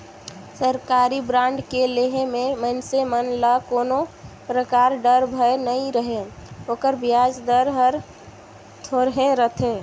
सरकारी बांड के लेहे मे मइनसे मन ल कोनो परकार डर, भय नइ रहें ओकर बियाज दर हर थोरहे रथे